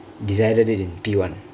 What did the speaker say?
decided it in P one